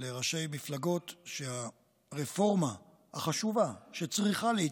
לראשי מפלגות שהרפורמה החשובה שצריכה להתקיים,